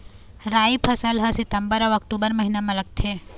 राई फसल हा सितंबर अऊ अक्टूबर महीना मा लगथे